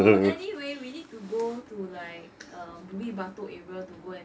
so anyway we need to go to like err bukit batok area to go and